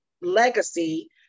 legacy